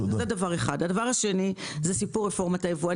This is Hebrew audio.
הדבר השני, סיפור רפורמת הייבוא.